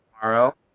tomorrow